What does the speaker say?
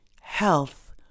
health